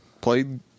played